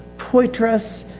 fortress,